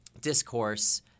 discourse –